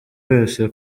wese